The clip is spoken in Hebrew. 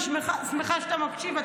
אני שמחה שאתה מקשיב,